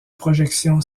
projection